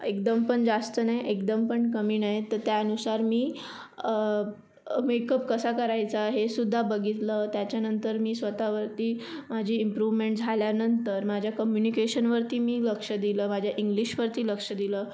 एकदम पण जास्त नाही एकदम पण कमी नाही तर त्यानुसार मी मेकअप कसा करायचा हेसुद्धा बघितलं त्याच्यानंतर मी स्वतःवरती माझी इम्प्रूव्हमेंट झाल्यानंतर माझ्या कम्युनिकेशनवरती मी लक्ष दिलं माझ्या इंग्लिशवरती लक्ष दिलं